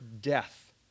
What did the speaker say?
death